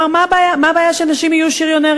והוא אמר: מה הבעיה שנשים יהיו שריונריות?